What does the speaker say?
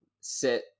sit